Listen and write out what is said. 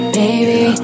baby